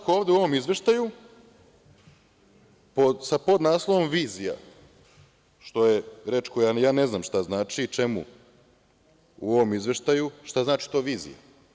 Ovde u ovom izveštaju podnaslov „vizija“, što je reč koja ne znam šta znači i čemu u ovom izveštaju, šta znači to vizija?